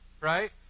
right